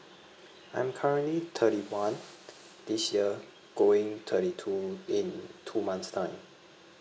I'm currently thirty one this year going thirty two in two months time